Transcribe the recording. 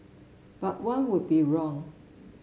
but one would be wrong